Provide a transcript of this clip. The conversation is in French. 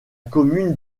commune